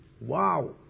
Wow